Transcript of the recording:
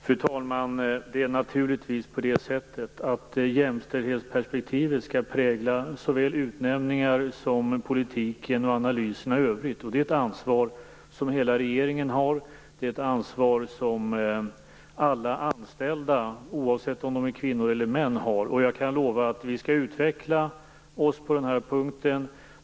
Fru talman! Naturligtvis skall jämställdhetsperspektivet prägla såväl utnämningar som politiken och analyserna i övrigt. Det är ett ansvar som hela regeringen har, ett ansvar som alla anställda har oavsett om det är kvinnor eller män. Jag kan lova att vi skall utveckla oss på den här punkten.